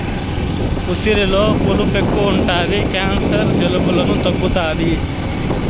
ఉసిరిలో పులుపు ఎక్కువ ఉంటది క్యాన్సర్, జలుబులను తగ్గుతాది